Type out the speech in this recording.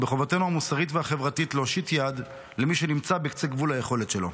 ובחובתנו המוסרית והחברתית להושיט יד למי שנמצא בקצה גבול היכולת שלו.